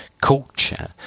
culture